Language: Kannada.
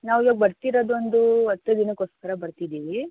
ನಾವು ಇವಾಗ ಬರ್ತಿರೋದು ಒಂದು ಹತ್ತು ದಿನಕ್ಕೋಸ್ಕರ ಬರ್ತಿದ್ದೀವಿ